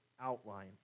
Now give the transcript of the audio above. outline